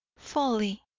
folly!